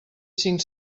cinc